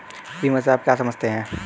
बीमा से आप क्या समझते हैं?